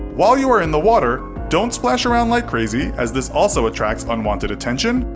while you are in the water, don't splash around like crazy as this also attracts unwanted attention.